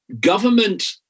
Government